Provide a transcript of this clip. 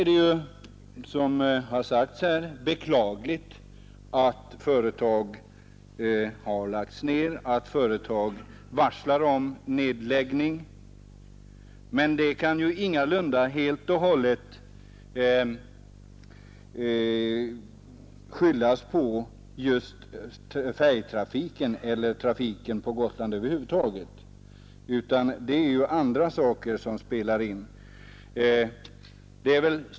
Det är givetvis beklagligt att företag har lagts ned på Gotland eller har varslat om nedläggning, men detta kan inte tillskrivas färjetrafiken på Gotland. Det är andra förhållanden som spelar in där.